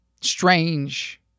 strange